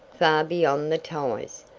far beyond the ties.